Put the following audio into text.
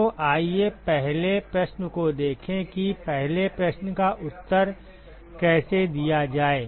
तो आइए पहले प्रश्न को देखें कि पहले प्रश्न का उत्तर कैसे दिया जाए